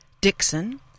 Dixon